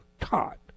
taught